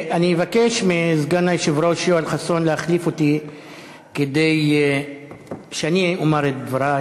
אני מבקש מסגן היושב-ראש יואל חסון להחליף אותי כדי שאני אומר את דברי